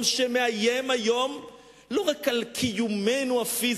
שמאיים היום לא רק על קיומנו הפיזי,